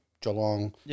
Geelong